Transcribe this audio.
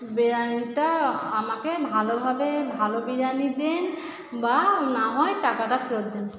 বিরিয়ানিটা আমাকে ভালোভাবে ভালো বিরিয়ানি দিন বা না হয় টাকাটা ফেরত দিন